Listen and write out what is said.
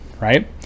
right